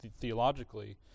theologically